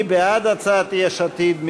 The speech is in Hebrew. מי בעד הצעת יש עתיד?